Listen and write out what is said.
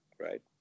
right